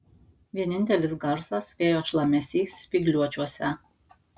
vienintelis garsas vėjo šlamesys spygliuočiuose